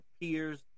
peers